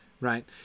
Right